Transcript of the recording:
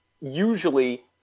usually